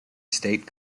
state